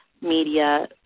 media